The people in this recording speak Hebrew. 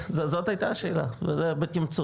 זאת הייתה השאלה בתמצות.